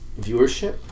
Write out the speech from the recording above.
viewership